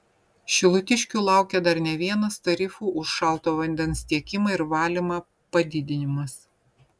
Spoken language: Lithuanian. šilutiškių laukia dar ne vienas tarifų už šalto vandens tiekimą ir valymą padidinimas